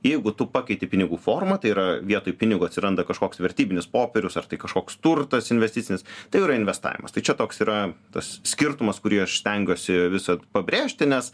jeigu tu pakeiti pinigų formą tai yra vietoj pinigo atsiranda kažkoks vertybinis popierius ar tai kažkoks turtas investicinis tai jau yra investavimas tai čia toks yra tas skirtumas kurį aš stengiuosi visad pabrėžti nes